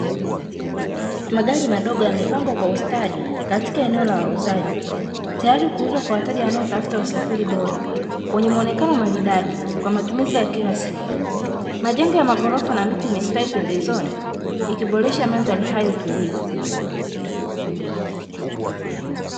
Magari madogo yamepangwa kwa ustadi katika eneo la wauzaji, tayari kuuzwa wateja wanaotafuta usafiri bora wenye muonekano maridadi kwa matumizi ya kila siku. Majengo ya maghorofa na miti imestawi pembezoni ikiboresha mandhari hayo tulivu.